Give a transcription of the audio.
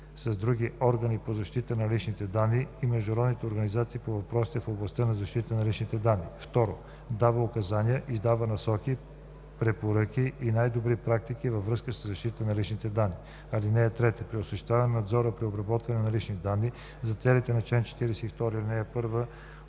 с други органи по защита на личните данни и международните организации по въпросите в областта на защитата на личните данни; 2. дава указания, издава насоки, препоръки и най-добри практики във връзка със защитата на личните данни. (3) При осъществяване на надзора при обработване на лични данни за целите по чл. 42, ал. 1